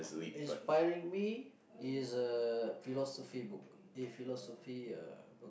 inspiring me is a philosophy book the philosophy uh about